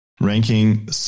ranking